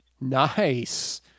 Nice